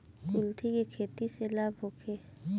कुलथी के खेती से लाभ होखे?